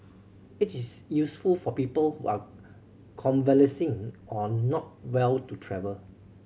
it is useful for people who are convalescing or not well to travel